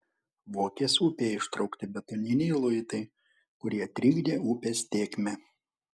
vokės upėje ištraukti betoniniai luitai kurie trikdė upės tėkmę